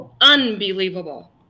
unbelievable